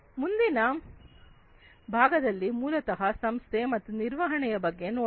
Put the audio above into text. ಮುಂದಿನ ಭಾಗದಲ್ಲಿ ಮೂಲತಃ ಸಂಸ್ಥೆ ಮತ್ತು ನಿರ್ವಹಣೆಯ ಬಗ್ಗೆ ನೋಡೋಣ